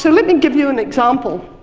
so let me give you an example.